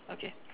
okay